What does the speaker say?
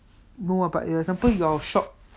no ah but example your shop